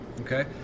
Okay